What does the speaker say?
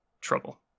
trouble